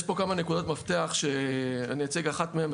יש פה כמה נקודות מפתח, שאני אציג אחת מהן.